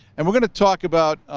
and we're going to talk about